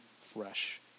fresh